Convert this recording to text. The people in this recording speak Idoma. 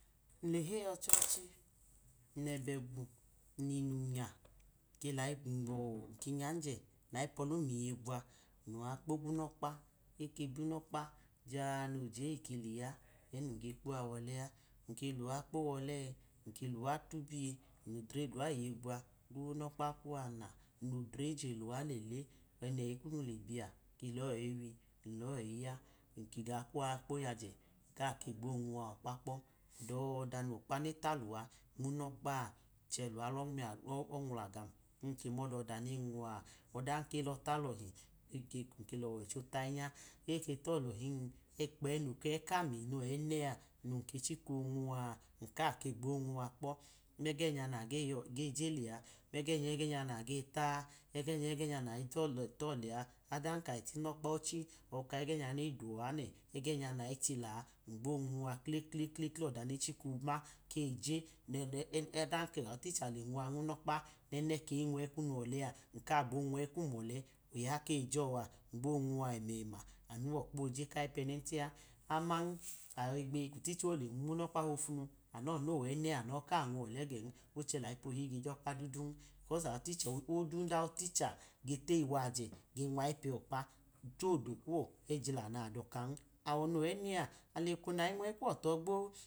Nleheyi ọchochi, nlẹbẹ gwu, n-limu nya, nlayi, nlọọ ke nyanjẹ nke layipolun iye gwa, nluwa kpogu nọkpa eke bumokpaja nojeyi leya ẹ nun ge kpuwa wolẹ a, nke luwa kpowọlẹ nluwa tubiye n ludrei luwa iye gwa, luwe. Kunokpa na, n lodre jeluwa lele, eneyi le biya n lo eyi wi, nlo̱ eyi ya, n ke kwuwayi kpoyajẹ nka ke gbo nwuwa økpa kpo, ø dọda ọkpa neta luwa nmuno̱kpa a ncẹluwa lọmiya lọnwu gam, kum ke mọdọda nenuwaa ọdan neke lọta lọhi nlọwọicho tahinya eke tọ lọhinn ukpẹ noke wakami nowẹnẹ mẹgẹnya nage yọ geje lẹ a, megẹ nya egẹ nya nage ta a mẹgẹ nya ẹgẹ nayi tọlẹ, ọdan ka le tunọkpa ochi ọka egẹ nyu neduwọ anẹ mẹgẹ nya nage chila, ngbo nwuwa klekle kle kle ọda ne chika ma keje, ọda kẹ nayi techa lenwuwa nmuaọkpa nẹnẹ ka gbo nwẹ kum ole oya kejọa ngbo nuwa ẹnẹmạ any wokpa oje kai pẹnẹnchẹ aman ayoyi gbeyi kuticha kolenwu nọkpa fofunu kanọ nọwẹnẹ a ano kanwu ole gen ochẹ layiponge jọkpan du, ayiticha owodudaiticha ge teyi wajẹ, ge nwaipẹ ọkpa gipuodo kuwọ kejila nadọkan, awọ nowẹnẹ ayinwẹ kuwọ tọ gbo.